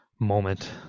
moment